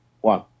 one